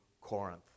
Corinth